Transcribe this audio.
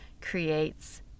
creates